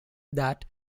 that